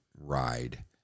ride